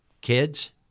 kids